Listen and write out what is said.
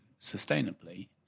sustainably